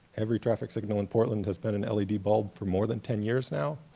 every traffic signal in portland has been an led bulb for more than ten years now.